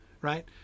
right